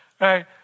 Right